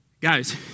Guys